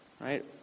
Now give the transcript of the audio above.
Right